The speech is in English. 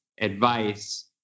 advice